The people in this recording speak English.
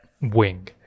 wing